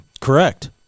Correct